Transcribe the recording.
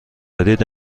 دارید